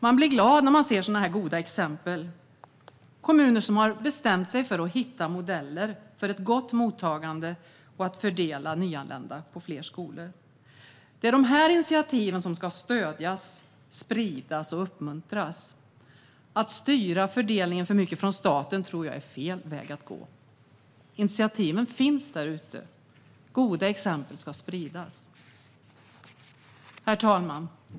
Man blir glad när man ser sådana goda exempel, kommuner som har bestämt sig för att hitta modeller för ett gott mottagande och att fördela nyanlända på fler skolor. Det är dessa initiativ som ska stödjas, spridas och uppmuntras. Att styra fördelningen för mycket från staten tror jag är fel väg att gå. Initiativen finns där ute. Goda exempel ska spridas. Herr talman!